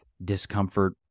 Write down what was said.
Discomfort